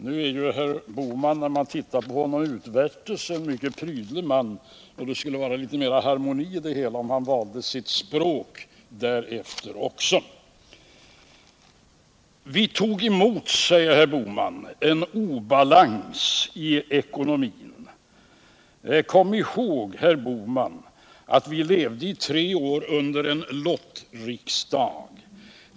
Till det yttre är ju herr Bohman en mycket prydlig man, och det skulle vara litet mer harmoni i det hela om han valde sitt språk därefter. Vi tog emot, säger herr Bohman, en obalans i ekonomin. Kom ihåg, herr" Bohman, att vi levde i tre år med en lottriksdag.